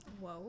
whoa